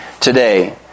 today